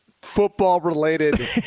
football-related